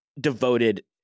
devoted